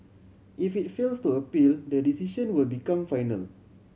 if it fails to appeal the decision will become final